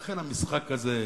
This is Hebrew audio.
לכן המשחק הזה,